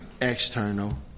external